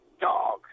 dog